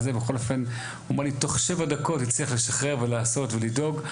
ובכל אופן הוא אמר לי תוך 7 דקות הצליח לשחרר ולעשות ולדאוג,